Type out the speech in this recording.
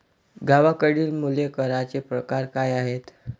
गावाकडली मुले करांचे प्रकार काय आहेत?